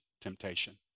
temptation